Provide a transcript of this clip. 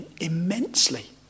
immensely